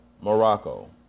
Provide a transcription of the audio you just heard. Morocco